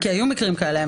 כי היו מקרים כאלה.